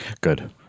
Good